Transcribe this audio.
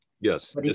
yes